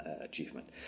achievement